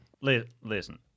Listen